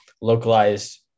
localized